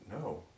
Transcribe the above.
No